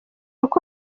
uko